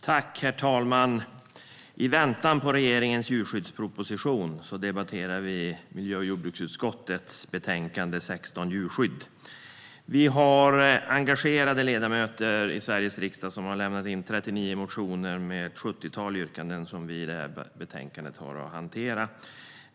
Herr talman! I väntan på regeringens djurskyddsproposition debatterar vi miljö och jordbruksutskottets betänkande 16, Djurskydd . Vi har engagerade ledamöter i Sveriges riksdag. De har lämnat in 39 motioner med ett sjuttiotal yrkanden, som vi har att hantera i betänkandet.